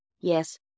Yes